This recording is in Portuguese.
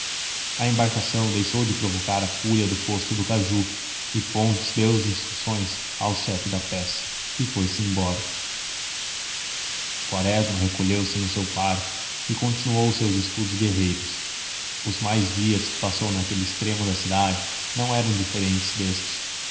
a embarcação deixou de provocar a fúria do posto do caju e fontes deu instruções ao seu chefe da peça e foi-se embora quaresma recolheu-se ao seu quarto e continuou os seus estudos guerreiros os mais dias que passou naquele extremo da cidade não eram diferentes deste